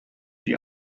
die